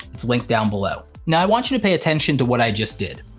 it's linked down below. now i want you to pay attention to what i just did,